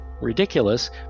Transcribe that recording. ridiculous